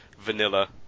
vanilla